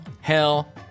hell